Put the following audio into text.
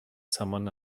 someone